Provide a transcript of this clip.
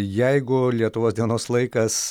jeigu lietuvos dienos laikas